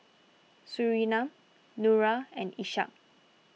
Surinam Nura and Ishak